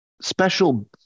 special